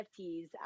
NFTs